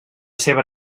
seva